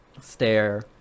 stare